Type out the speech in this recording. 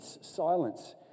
silence